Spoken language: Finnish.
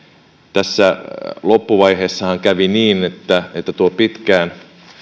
tässä loppuvaiheessahan kävi niin että tuo pitkään